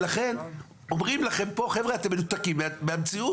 לכן אומרים לכם פה: חבר'ה, אתם מנותקים מהמציאות.